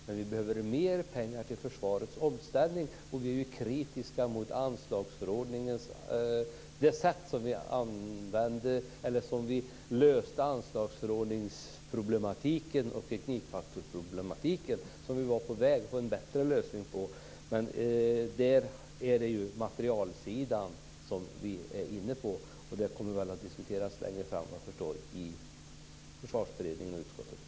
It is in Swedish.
Men vi behöver mer pengar till försvarets omställning, och vi är kritiska till det sätt på vilket man löste problematiken omkring anslagsförordningen och teknikfaktorerna. Vi var på väg att få en bättre lösning. Det är materielsidan vi är inne på, och det kommer väl vad jag förstår att diskuteras längre fram i försvarsberedningen och utskottet.